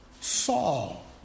Saul